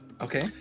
okay